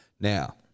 Now